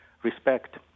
respect